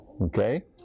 Okay